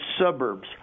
suburbs